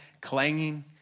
clanging